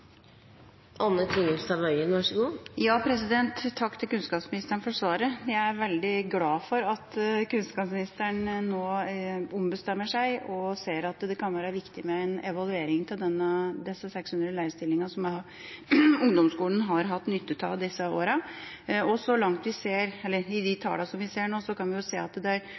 Takk til kunnskapsministeren for svaret. Jeg er veldig glad for at kunnskapsministeren nå ombestemmer seg og ser at det kan være viktig med en evaluering av disse 600 lærerstillingene som ungdomsskolen har hatt nytte av i disse åra. Av de tallene som vi ser nå, kan vi trekke ut noen få positive effekter: at vi bruker noe mindre til spesialundervisning, og at grunnskolepoengene, bl.a., går opp. Det